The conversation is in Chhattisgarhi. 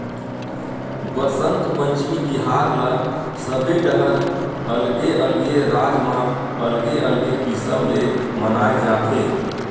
बसंत पंचमी तिहार ल सबे डहर अलगे अलगे राज म अलगे अलगे किसम ले मनाए जाथे